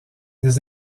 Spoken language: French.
des